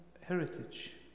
heritage